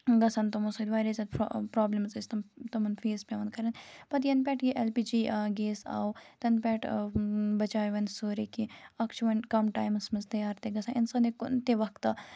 گَژھَن تِمو سۭتۍ واریاہ زیادٕ پرا پرابلِمز ٲس تِم تِمَن پیٚوان فیس کَرٕنۍ پَتہٕ یَنہٕ پٮ۪ٹھ یہِ ایٚل پی جی آو گیس آو تَنہٕ پٮ۪ٹھ بچاے وۄنۍ سورٕے کیٚنٛہہ اَکھ چھُ وۄنۍ کَم ٹَیمَس مَنٛز تیار تہِ گَژھان اِنسان ہیٚکہِ کُنہِ تہِ وقتہٕ